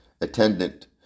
attendant